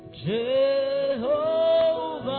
Jehovah